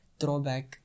throwback